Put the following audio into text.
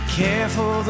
careful